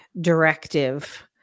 directive